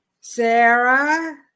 Sarah